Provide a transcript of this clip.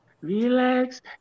relax